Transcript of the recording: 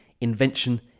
invention